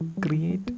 create